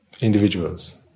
individuals